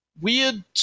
weird